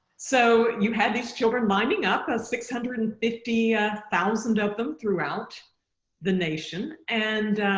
so you had these children lining up a six hundred and fifty ah thousand of them throughout the nation and